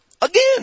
Again